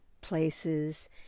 places